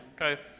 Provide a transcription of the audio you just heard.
okay